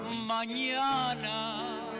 Mañana